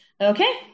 Okay